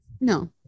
No